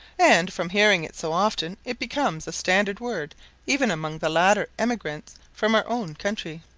and, from hearing it so often, it becomes a standard word even among the later emigrants from our own country.